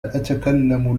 أتكلم